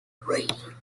writing